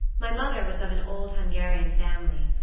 my mother was of an old hungarian family,